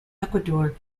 ecuador